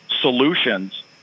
solutions